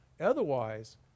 otherwise